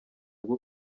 bwo